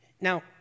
Now